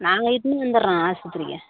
நாங்கள் இட்டுன்னு வந்துடுறோம் ஆஸ்பத்திரிக்கு